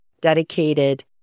dedicated